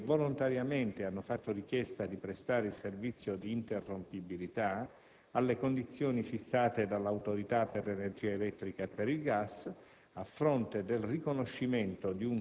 ovvero di quei soggetti industriali che volontariamente hanno fatto richiesta di prestare il servizio di interrompibilità, alle condizioni fissate dall'Autorità per l'energia elettrica ed il gas,